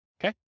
okay